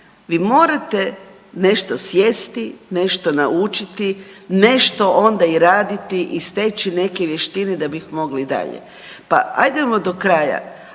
vi morate nešto sjesti, nešto naučiti, nešto onda i raditi i steći neke vještine da bi ih mogli i dalje. Pa ajdemo do kraja,